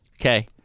Okay